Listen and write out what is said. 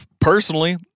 Personally